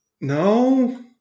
No